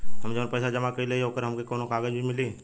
हम जवन पैसा जमा कइले हई त ओकर हमके कौनो कागज भी मिली?